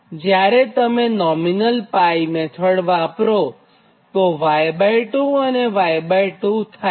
જ્યારે તમે nominal pi method વાપરોતો Y2 અને Y2 થાય